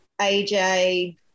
AJ